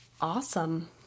awesome